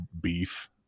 beef